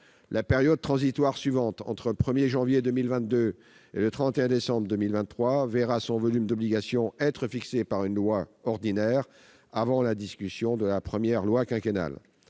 la période transitoire suivante, entre le 1 janvier 2022 et le 31 décembre 2023, verra son volume d'obligations être fixé par une loi ordinaire, avant la discussion de la première loi quinquennale